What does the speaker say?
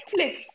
Netflix